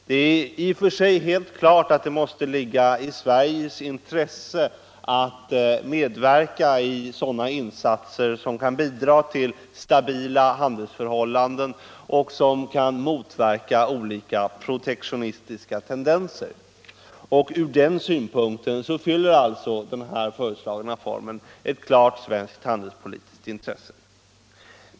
Det är i och för sig helt klart att det måste ligga i Sveriges intresse att medverka i sådana insatser som kan bidra till stabila handelsförhållanden och motverka olika protektionistiska tendenser. Ur den synpunkten tillhör den föreslagna formen ett klart svenskt handelspo litiskt intresse.